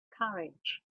carriage